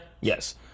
Yes